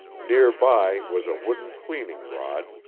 nearby was a wooden cleaning rod,